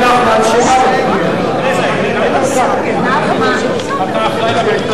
שי נחמן,